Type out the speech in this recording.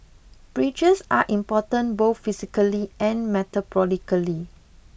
bridges are important both physically and metaphorically